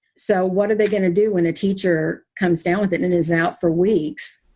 so what are they going to do when a teacher comes down with it and is out for weeks?